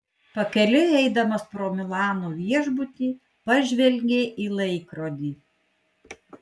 pakeliui eidamas pro milano viešbutį pažvelgė į laikrodį